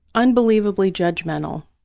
unbelievably judgmental,